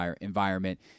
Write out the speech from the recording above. environment